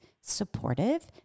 supportive